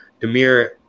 Demir